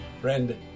Friend